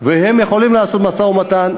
והן יכולות לעשות משא-ומתן.